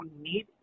need